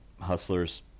hustlers